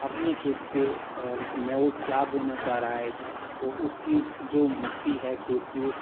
اپنے کھیت سے میں وہ کیا بونا چاہ رہا ہے تو اس کی جو مٹی ہے کھیت کی وہ